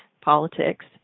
Politics